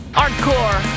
hardcore